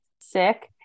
sick